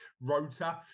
rotor